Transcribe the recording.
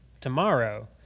tomorrow